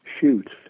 shoot